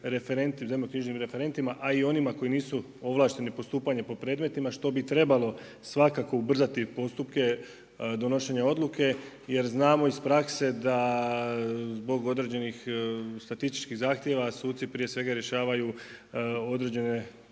referentima, zemljišno-knjižnim referentima, a i onima koji nisu ovlašteni postupanjem po predmetima što bi trebalo svakako ubrzati postupke donošenja odluke jer znamo iz prakse da zbog određenih statističkih zahtjeva suci prije svega rješavaju određene